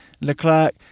Leclerc